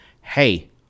hey